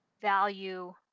value